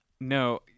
no